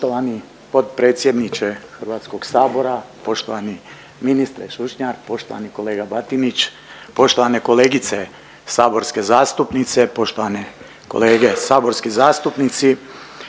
Poštovani potpredsjedniče Hrvatskog sabora, poštovani ministre Šušnjar, poštovani kolega Batinić, poštovane kolegice saborske zastupnice, poštovane kolege saborski zastupnici,